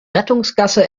rettungsgasse